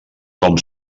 com